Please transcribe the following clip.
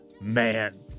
man